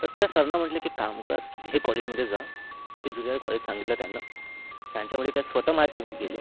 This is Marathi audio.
तसं त्या सरनं म्हटलं की एक काम कर हे कॉलेजमध्ये जा ते जुनिअर कॉलेज सांगितलं आहे त्यांना त्यांच्यामध्ये ते स्वतः माझ्यासोबत गेले